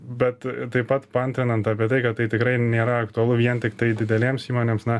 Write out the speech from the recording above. bet taip pat paantranant apie tai kad tai tikrai nėra aktualu vien tiktai didelėms įmonėms na